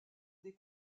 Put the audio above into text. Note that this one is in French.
des